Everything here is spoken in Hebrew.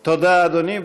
תודה, אדוני.